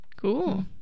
Cool